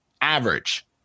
average